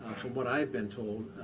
from what i've been told,